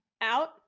out